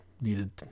needed